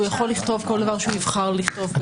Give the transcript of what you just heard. הוא יכול לכתוב כל דבר שהוא יבחר לכתוב.